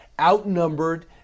Outnumbered